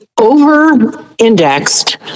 over-indexed